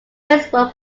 visible